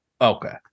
Okay